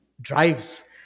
drives